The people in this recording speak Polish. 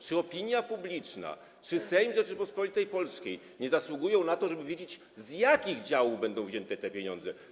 Czy opinia publiczna, czy Sejm Rzeczypospolitej Polskiej nie zasługują na to, żeby wiedzieć, z jakich działów będą wzięte te pieniądze?